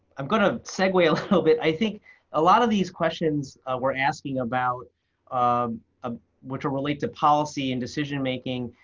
i'm going to segue a little bit. i think a lot of these questions we're asking about um ah which relate to policy and decision-making,